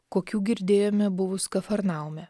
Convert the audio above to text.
kokių girdėjome buvus kafarnaume